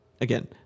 again